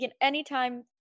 anytime